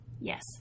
Yes